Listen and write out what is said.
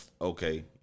okay